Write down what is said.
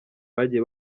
bagiye